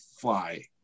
fly